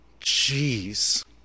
Jeez